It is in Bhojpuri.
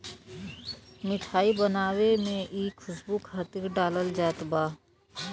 मिठाई बनावे में इ खुशबू खातिर डालल जात बा